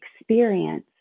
experience